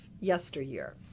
yesteryear